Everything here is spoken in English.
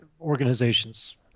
organizations